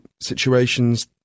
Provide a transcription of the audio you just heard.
situations